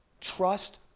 Trust